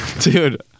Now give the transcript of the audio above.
Dude